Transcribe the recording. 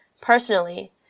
Personally